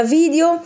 video